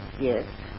Yes